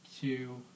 two